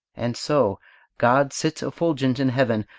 and so god sits effulgent in heaven,